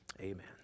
amen